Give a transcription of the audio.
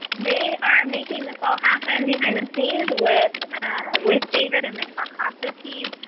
they are making this all happen behind the scenes with with david and the calcasa team.